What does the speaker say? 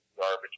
garbage